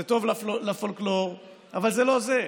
זה טוב לפולקלור, אבל זה לא זה,